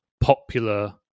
popular